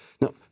Now